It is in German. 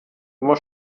immer